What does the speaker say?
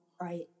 right